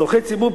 צורכי ציבור,